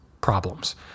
problems